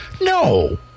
No